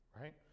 right